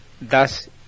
Thus